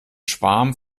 schwarm